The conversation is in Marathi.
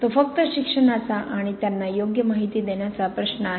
तो फक्त शिक्षणाचा आणि त्यांना योग्य माहिती देण्याचा प्रश्न आहे